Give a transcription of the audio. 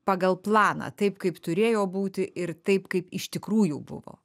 pagal planą taip kaip turėjo būti ir taip kaip iš tikrųjų buvo